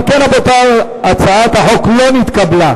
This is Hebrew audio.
אם כן, רבותי, הצעת החוק לא נתקבלה.